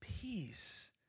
Peace